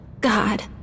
God